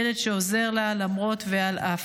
ילד שעוזר לה למרות ועל אף.